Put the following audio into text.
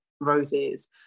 roses